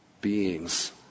beings